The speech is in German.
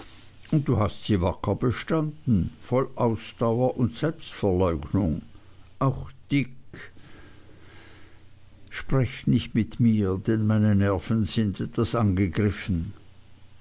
und du hast sie wacker bestanden voll ausdauer und selbstverleugnung auch dick sprecht nicht mit mir denn meine nerven sind etwas angegriffen